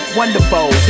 wonderful